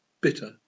bitter